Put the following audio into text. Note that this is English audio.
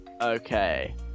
Okay